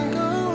go